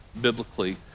biblically